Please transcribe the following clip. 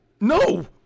No